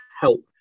help